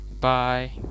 Bye